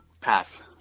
Pass